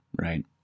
right